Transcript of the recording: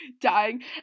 dying